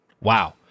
wow